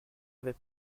avait